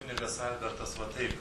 kunigas albertas va taip